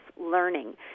learning